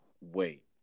wait